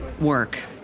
work